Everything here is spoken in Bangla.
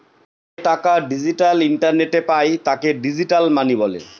যে টাকা ডিজিটাল ইন্টারনেটে পায় তাকে ডিজিটাল মানি বলে